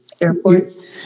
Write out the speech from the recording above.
airports